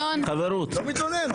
לא מתלונן,